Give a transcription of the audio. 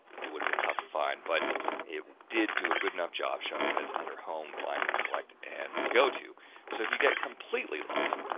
it would have been tough to find but it did do a good enough job showing that it's under home find and select and go to so if you get completely lost,